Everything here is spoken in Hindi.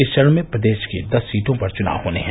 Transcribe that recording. इस चरण में प्रदेश की दस सीटों पर चुनाव होने हैं